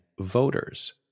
voters